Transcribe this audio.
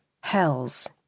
hells